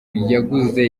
yaguze